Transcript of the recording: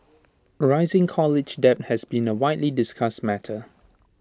rising college debt has been A widely discussed matter